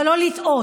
אבל לא לטעות,